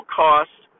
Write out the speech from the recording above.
cost